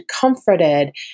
comforted